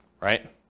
right